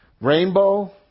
rainbow